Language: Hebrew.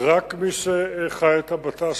רק מי שחי את הבט"ש,